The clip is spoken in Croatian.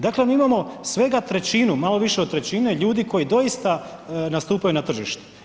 Dakle, mi imamo svega trećinu, malo više od trećine ljudi koji doista nastupaju na tržištu.